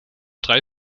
drei